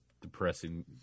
depressing